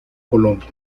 colombia